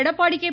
Edappadi K